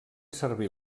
servir